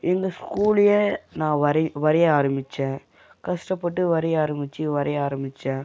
எங்கள் ஸ்கூல்லயே நான் வரை வரைய ஆரம்பிச்சேன் கஷ்டப்பட்டு வரைய ஆரம்பிச்சு வரைய ஆரம்பிச்சேன்